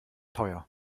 teuer